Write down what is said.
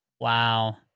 Wow